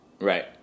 Right